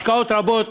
השקעות רבות